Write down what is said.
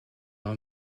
leur